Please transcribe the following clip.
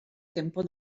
tempo